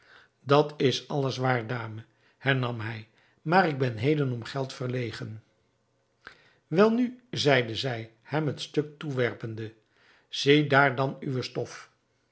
dat is alles waar dame hernam hij maar ik ben heden om geld verlegen welnu zeide zij hem het stuk toewerpende zie daar dan uwe